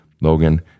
Logan